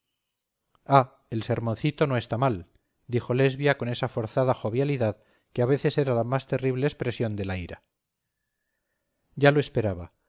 el sermoncito no está mal dijo lesbia con esa forzada jovialidad que a veces es la más terrible expresión de la ira ya lo esperaba